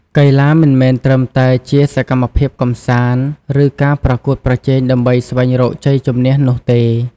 កីឡាមិនមែនត្រឹមតែជាសកម្មភាពកម្សាន្ត ឬការប្រកួតប្រជែងដើម្បីស្វែងរកជ័យជម្នះនោះទេ។